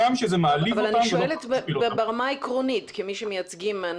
הגם שזה מעליב אותם ומשפיל אותם.